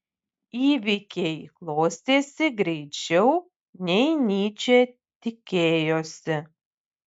įvykiai klostėsi greičiau nei nyčė tikėjosi